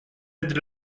est